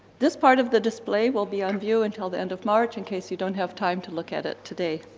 this part of the display will be on view until the end of march in case you don't have time to look at it today.